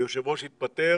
היושב ראש התפטר